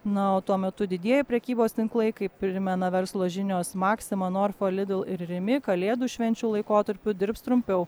na o tuo metu didieji prekybos tinklai kaip primena verslo žinios maksima norfa lidl ir rimi kalėdų švenčių laikotarpiu dirbs trumpiau